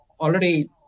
already